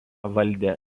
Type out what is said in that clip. valdė